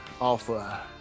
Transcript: off